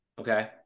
okay